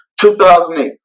2008